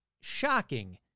shocking